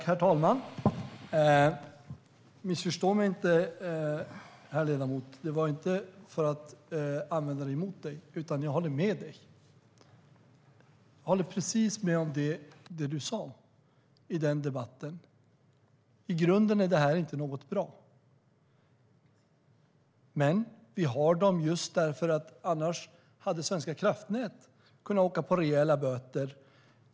Herr talman! Missförstå mig inte, herr ledamot! Det du sa tog jag inte upp för att använda det emot dig, utan jag håller med dig. Jag håller precis med om det du sa i den debatten. I grunden är detta inte bra. Men vi har dessa elområden just därför att Svenska kraftnät annars hade kunnat åka på rejäla böter.